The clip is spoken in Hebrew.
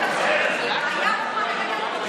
כסף לרפורמה,